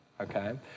okay